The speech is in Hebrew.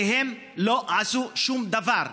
כי הם לא עשו שום דבר,